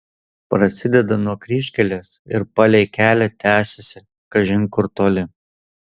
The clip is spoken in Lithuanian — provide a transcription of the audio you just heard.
prasideda nuo kryžkelės ir palei kelią tęsiasi kažin kur toli